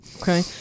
Okay